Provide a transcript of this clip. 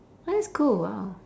oh that's cool !wow!